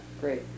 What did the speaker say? Great